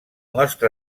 nostre